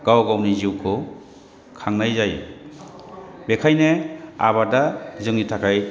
गाव गावनि जिउखौ खांनाय जायो बेनिखायनो आबादा जोंनि थाखाय